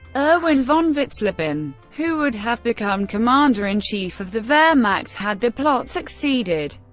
erwin von witzleben, who would have become commander-in-chief of the wehrmacht had the plot succeeded,